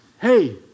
hey